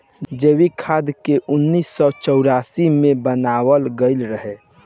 जैविक खाद के उन्नीस सौ चौरानवे मे बनावल गईल रहे